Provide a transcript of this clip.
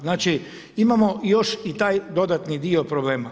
Znači imamo još i taj dodatni dio problema.